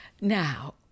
Now